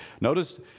Notice